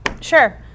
Sure